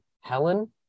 helen